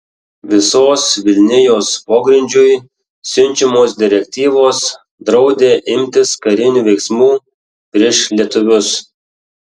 visos vilnijos pogrindžiui siunčiamos direktyvos draudė imtis karinių veiksmų prieš lietuvius